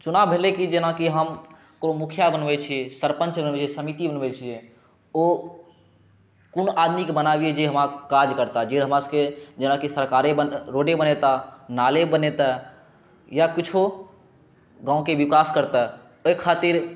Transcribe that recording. चुनाव भेलै की जेना की हम ककरो मुखिया बनबै छियै सरपञ्च बनबै छियै समिति बनबै छियै ओ कोन आदमीके बनाबी जे हमर काज करता जे हमरा सबके जेनाकि सरकारे रोडे बनेता नाले बनेता या किछो गाँवके विकास करता एहि खातिर